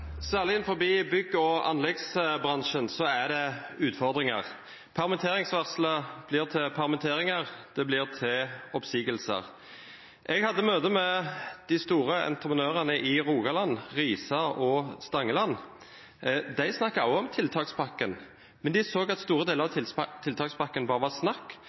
anleggsbransjen er det utfordringer. Permitteringsvarsler blir til permitteringer som blir til oppsigelser. Jeg hadde et møte med de store entreprenørene i Rogaland, Risa og Stangeland. De snakket også om tiltakspakken, men de så at store deler av tiltakspakken bare var snakk,